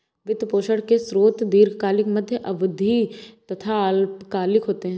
वित्त पोषण के स्रोत दीर्घकालिक, मध्य अवधी तथा अल्पकालिक होते हैं